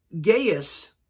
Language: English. Gaius